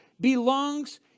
belongs